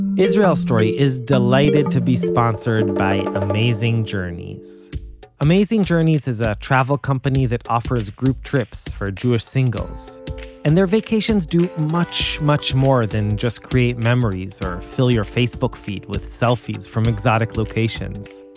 israel story is delighted to be sponsored by amazing journeys amazing journeys is a travel company that offers group trips for jewish singles and their vacations do much much more than just create memories or fill your facebook feed with selfies from exotic locations.